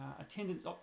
attendance